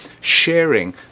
sharing